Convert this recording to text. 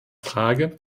frage